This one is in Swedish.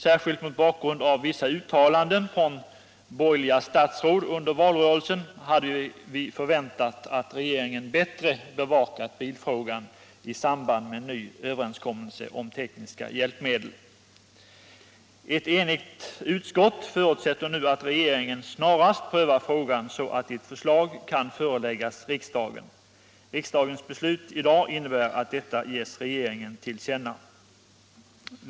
Särskilt mot bakgrund av vissa uttalanden från borgerliga statsråd under valrörelsen hade vi förväntat att regeringen bättre skulle bevaka bilfrågan i samband med en ny överenskommelse om tekniska hjälpmedel, Ett enigt utskott förutsätter nu att regeringen snarast prövar frågan, så att ett förslag kan föreläggas riksdagen. Riksdagens beslut i dag innebär att detta ges regeringen till känna.